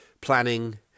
planning